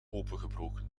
opengebroken